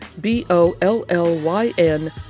B-O-L-L-Y-N